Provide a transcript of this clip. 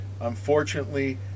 unfortunately